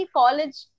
college